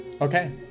Okay